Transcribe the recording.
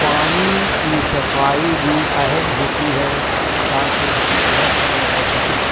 پانی کی صفائی بھی اہم ہوتی ہے تاکہ ہم صحت مند رہ سکیں